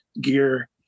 gear